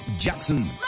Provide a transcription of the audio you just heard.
Jackson